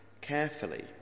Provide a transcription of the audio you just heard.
carefully